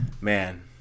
man